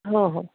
हो हो